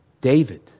David